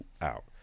out